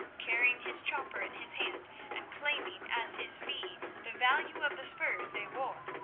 carrying his chopper in his hand and claiming as his fee the value of the spurs they wore,